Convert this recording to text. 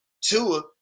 Tua